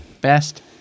best